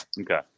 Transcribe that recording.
Okay